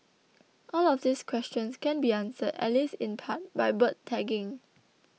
all of these questions can be answered at least in part by bird tagging